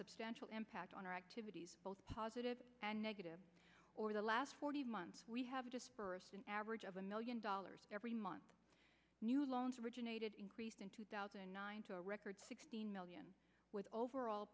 substantial impact on our activities both positive and negative or the last forty months we have an average of a million dollars every month new loans originated increased in two thousand and nine two a record sixteen million with overall